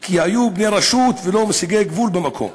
כי היו שם ברשות והם לא מסיגי גבול במקום.